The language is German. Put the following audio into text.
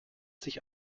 sich